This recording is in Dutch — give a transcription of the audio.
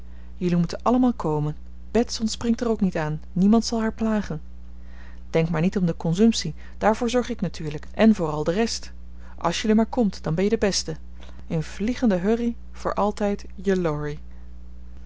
jullie moet allemaal komen bets ontspringt er ook niet aan niemand zal haar plagen denk maar niet om de consumptie daarvoor zorg ik natuurlijk en voor al de rest als jullie maar komt dan ben je de beste in vliegende hurrie voor altijd je laurie